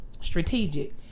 strategic